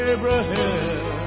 Abraham